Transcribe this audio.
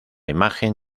imagen